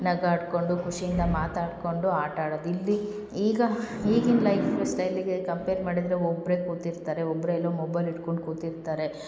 ನಗಾಡ್ಕೊಂಡು ಖುಷಿಯಿಂದ ಮಾತಾಡ್ಕೊಂಡು ಆಟಾಡೋದು ಇಲ್ಲಿ ಈಗ ಈಗಿಂದು ಲೈಫ್ ಸ್ಟೈಲಿಗೆ ಕಂಪೇರ್ ಮಾಡಿದರೆ ಒಬ್ಬರೆ ಕೂತಿರ್ತಾರೆ ಒಬ್ಬರೆ ಎಲೊ ಮೊಬೈಲ್ ಹಿಡ್ಕೊಂಡು ಕೂತಿರ್ತಾರೆ